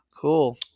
Cool